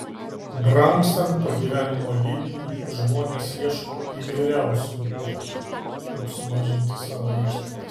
brangstant pragyvenimo lygiui žmonės ieško įvairiausių būdų kaip sumažinti savo išlaidas